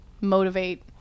motivate